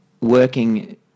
working